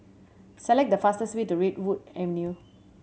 select the fastest way to Redwood Avenue